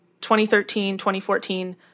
2013-2014